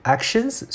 Actions